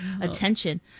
attention